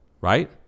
right